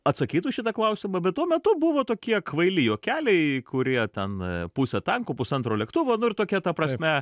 atsakytų į šitą klausimą bet tuo metu buvo tokie kvaili juokeliai kurie ten pusė tanko pusantro lėktuvo nu ir tokie ta prasme